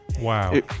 Wow